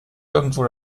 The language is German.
irgendwo